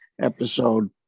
episode